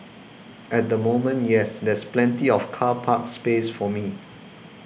at the moment yes there's plenty of car park space for me